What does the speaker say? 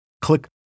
Click